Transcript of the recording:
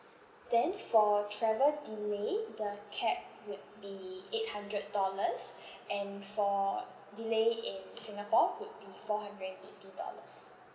then for travel delay the cap would be eight hundred dollars and for delay in singapore would be four hundred and eighty dollars